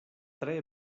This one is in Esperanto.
tre